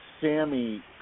Sammy